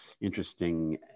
interesting